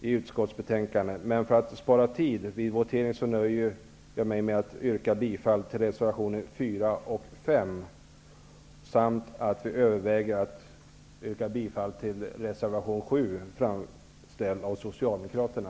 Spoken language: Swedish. till utskottets betänkande. Men för att spara tid vid voteringen, nöjer jag mig med att yrka bifall till reservationerna 4 och 5. Dessutom överväger vi att yrka bifall till reservation 7, som avgetts av Socialdemokraterna.